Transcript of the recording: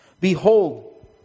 Behold